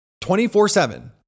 24-7